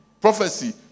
prophecy